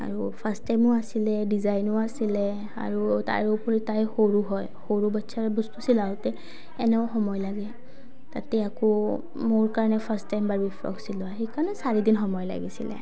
আৰু ফাৰ্ষ্ট টাইমো আছিলে ডিজাইনো আছিলে আৰু তাৰে উপৰি তাই সৰু হয় সৰু বাচ্ছাৰ বস্তু চিলাওঁতে এনেও সময় লাগে তাতে আকৌ মোৰ কাৰণে ফাৰ্ষ্ট টাইম বাৰ্বি ফ্ৰক চিলোৱা সেইকাৰণে চাৰিদিন সময় লাগিছিলে